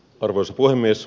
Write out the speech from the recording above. arvoisa puhemies